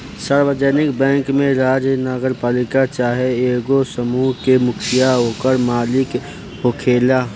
सार्वजानिक बैंक में राज्य, नगरपालिका चाहे एगो समूह के मुखिया ओकर मालिक होखेला